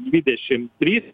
dvidešim trys